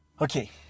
Okay